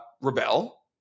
rebel